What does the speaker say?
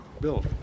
bill